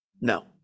No